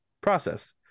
process